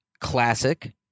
classic